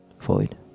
Void